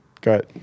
got